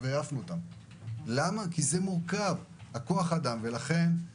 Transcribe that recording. כל עניין כוח האדם מאוד מורכב.